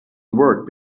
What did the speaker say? work